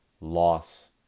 loss